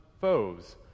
foes